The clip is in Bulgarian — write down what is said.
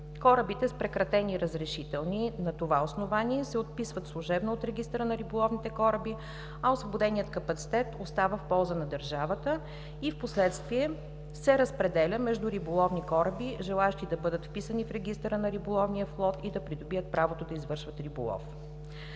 Корабите с прекратени разрешителни на това основание се отписват служебно от Регистъра на риболовните кораби, а освободеният капацитет остава в полза на държавата и впоследствие се разпределя между риболовни кораби, желаещи да бъдат вписани в Регистъра на риболовния флот и да придобият правото да извършват риболов.